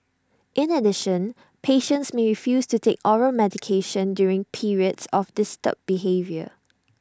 in addition patients may refuse to take oral medications during periods of disturbed behaviour